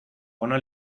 ona